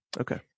Okay